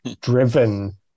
driven